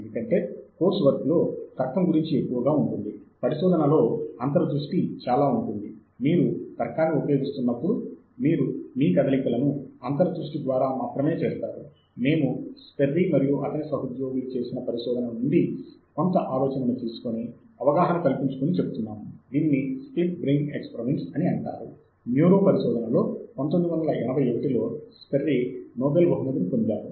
ఇందులో సాహిత్యం కొరకు ఎలా శోధించవచ్చు మీరు ఉపయోగించగల సాధనాల సమితిలో వాటిని ఎలా నిర్వహించవచ్చు అన్న వివరాలు నేను మీకు చూపించబోతున్నాను